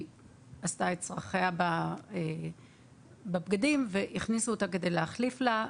היא עשתה את צרכיה בבגדים והכניסו אותה כדי להחליף לה.